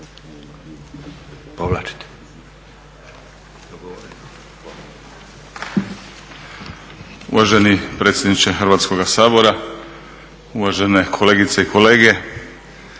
(Nezavisni)** Uvaženi predsjedniče Hrvatskoga sabora, uvažene kolegice i kolege.